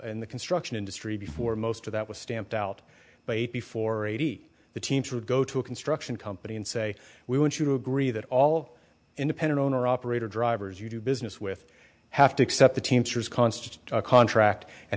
in the construction industry before most of that was stamped out by eighty four eighty the teams would go to a construction company and say we want you to agree that all independent owner operator drivers you do business with have to accept the teamsters constitute a contract and